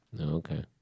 Okay